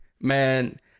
Man